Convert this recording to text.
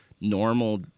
normal